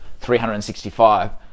365